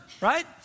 right